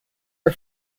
her